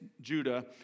Judah